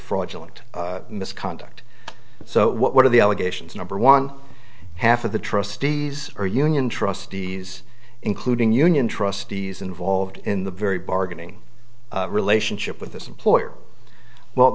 fraudulent misconduct so what are the allegations number one half of the trustees or union trustees including union trustees involved in the very bargaining relationship with this employer well